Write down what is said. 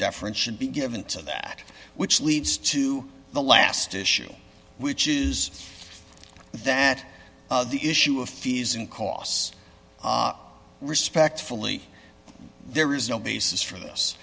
deference should be given to that which leads to the last issue which is that the issue of fees and costs respectfully there is no basis for this